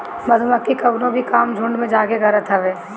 मधुमक्खी कवनो भी काम झुण्ड में जाके करत हवे